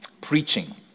preaching